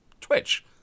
Twitch